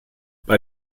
bei